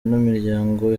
n’imiryango